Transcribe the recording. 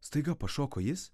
staiga pašoko jis